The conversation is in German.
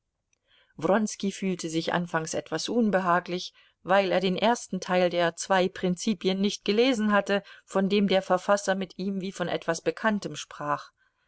fühlte sich anfangs etwas unbehaglich weil er den ersten teil der zwei prinzipien nicht gelesen hatte von dem der verfasser mit ihm wie von etwas bekanntem sprach